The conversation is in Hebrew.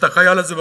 את החייל הזה,